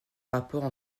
rapports